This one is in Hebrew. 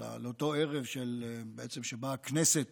לאותו ערב בעצם שבו הכנסת